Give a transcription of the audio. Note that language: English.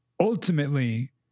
Ultimately